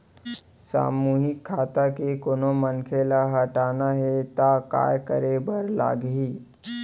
सामूहिक खाता के कोनो मनखे ला हटाना हे ता काय करे बर लागही?